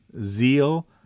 zeal